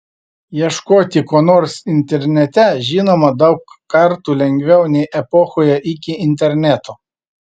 ieškoti ko nors internete žinoma daug kartų lengviau nei epochoje iki interneto